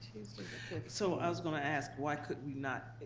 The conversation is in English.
so i was gonna ask, why could we not?